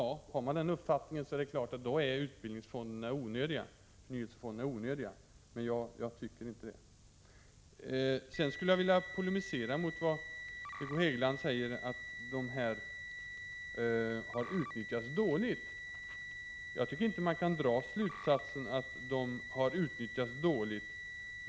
Har man denna uppfattning är det klart att man anser att utbildningsfonderna — förnyelsefonderna — är onödiga. Jag tycker emellertid inte det. Sedan skulle jag vilja polemisera mot Hugo Hegeland när han säger att dessa förnyelsefonder har utnyttjats dåligt. Jag tycker inte att man kan dra denna slutsats.